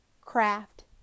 Craft